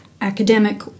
academic